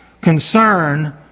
concern